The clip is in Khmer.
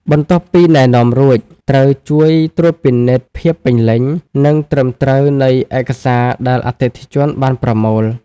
បន្ទាប់ពីណែនាំរួច ត្រូវជួយត្រួតពិនិត្យភាពពេញលេញ និងត្រឹមត្រូវនៃឯកសារដែលអតិថិជនបានប្រមូល។